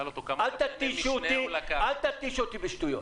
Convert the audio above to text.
אל תתיש אותי בשטויות.